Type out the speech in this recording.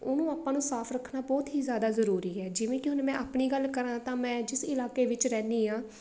ਉਹਨੂੰ ਆਪਾਂ ਨੂੰ ਸਾਫ਼ ਰੱਖਣਾ ਬਹੁਤ ਹੀ ਜ਼ਿਆਦਾ ਜ਼ਰੂਰੀ ਹੈ ਜਿਵੇਂ ਕਿ ਹੁਣ ਮੈਂ ਆਪਣੀ ਗੱਲ ਕਰਾਂ ਤਾਂ ਮੈਂ ਜਿਸ ਇਲਾਕੇ ਵਿੱਚ ਰਹਿੰਦੀ ਹਾਂ